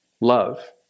love